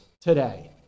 today